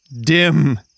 dim